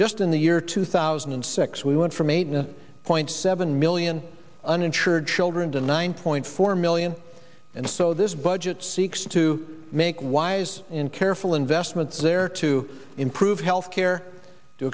just in the year two thousand and six we went from eight point seven million uninsured children to nine point four million and so this budget seeks to make wise in careful investments there to improve health care to